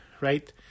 right